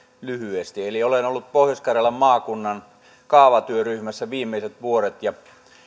lyhyesti olen ollut pohjois karjalan maakunnan kaavatyöryhmässä viimeiset vuodet ja